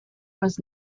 was